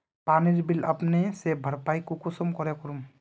पानीर बिल अपने से भरपाई कुंसम करे करूम?